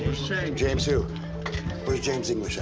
james who? where is james english